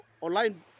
online